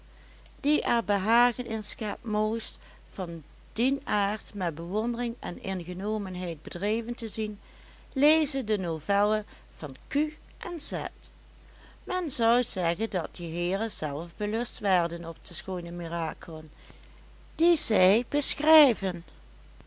die er behagen in schept moois van dien aard met bewondering en ingenomenheid beschreven te zien leze de novellen van q en z men zou zeggen dat die heeren zelf belust werden op de schoone mirakelen die zij beschrijven